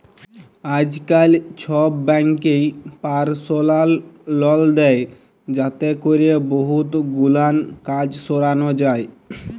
আইজকাল ছব ব্যাংকই পারসলাল লল দেই যাতে ক্যরে বহুত গুলান কাজ সরানো যায়